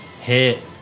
Hit